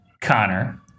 Connor